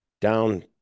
down